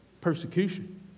persecution